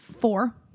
four